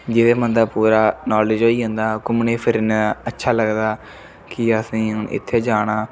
जेह्दे बन्दा पूरा नालेज होई जन्दा घूमने फिरने अच्छा लगदा कि असें इत्थें जाना